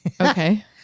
Okay